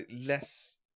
Less